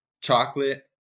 chocolate